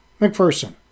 McPherson